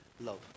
love